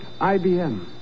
IBM